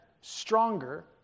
stronger